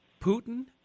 Putin